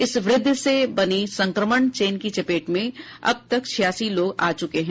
इस व्रद्ध से बनी संक्रमण चेन की चपेट में अबतक छियासी लोग आ चुके हैं